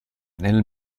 nel